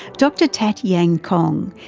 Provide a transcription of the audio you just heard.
dr tat yan kong,